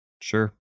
sure